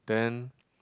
then